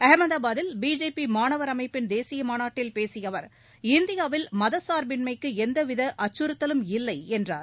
அஹமதாபாதில் BJP மாணவர் அமைப்பின் தேசிய மாநாட்டில் பேசிய அவர் இந்தியாவில் மதச்சார்பின்மைக்கு எவ்வித அச்சுறுத்தலும் இல்லை என்றார்